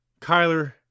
Kyler